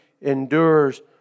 endures